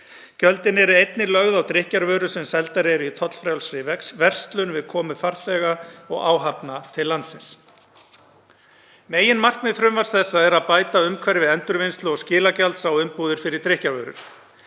Gjöldin eru einnig lögð á drykkjarvörur sem seldar eru í tollfrjálsri verslun við komu farþega og áhafna til landsins. Meginmarkmið frumvarpsins er að bæta umhverfi endurvinnslu og skilagjalds á umbúðir fyrir drykkjarvörur.